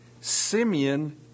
Simeon